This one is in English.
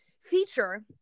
feature